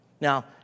Now